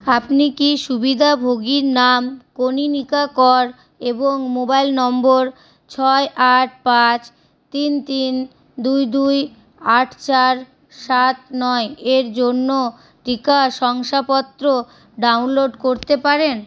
আপনি কি সুবিধাভোগীর নাম কনীনিকা কর এবং মোবাইল নম্বর ছয় আট পাঁচ তিন তিন দুই দুই আট চার সাত নয়ের জন্য টিকা শংসাপত্র ডাউনলোড করতে পারেন